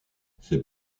ces